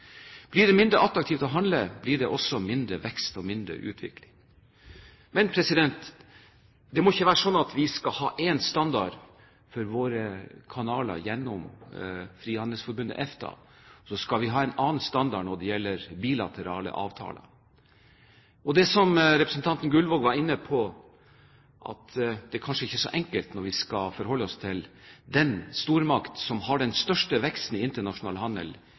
blir det også mindre vekst og mindre utvikling. Men det må ikke være slik at vi skal ha én standard for våre kanaler gjennom frihandelsforbundet EFTA, og så skal vi ha en annen standard når det gjelder bilaterale avtaler. Representanten Gullvåg var inne på at dette kanskje ikke er så enkelt når vi skal forholde oss til den stormakten som har den største veksten i internasjonal handel